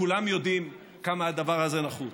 כולם יודעים כמה הדבר הזה נחוץ.